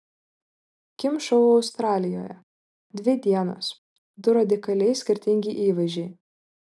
kim šou australijoje dvi dienos du radikaliai skirtingi įvaizdžiai